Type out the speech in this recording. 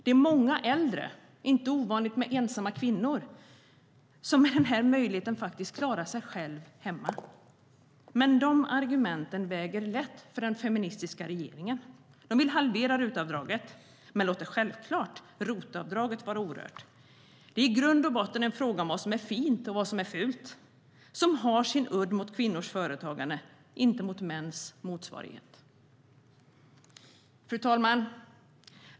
Det är många äldre, ofta ensamma kvinnor, som med denna möjlighet klarar sig själva hemma. Men dessa argument väger lätt för den feministiska regeringen. De vill halvera RUT-avdraget men låter självklart ROT-avdraget vara orört. Det är i grund och botten en fråga om vad som är fint och fult och som har sin udd mot kvinnors företagande, inte mot mäns motsvarighet. Fru talman!